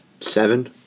Seven